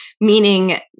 Meaning